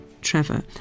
Trevor